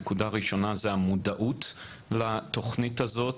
נקודה ראשונה זה המודעות לתוכנית הזאת,